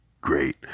great